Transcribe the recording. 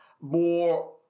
more